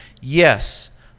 yes